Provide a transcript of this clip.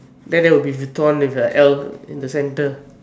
then there will be Vuitton with the L in the center